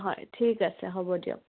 হয় ঠিক আছে হ'ব দিয়ক